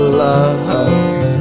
love